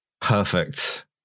Perfect